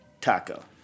taco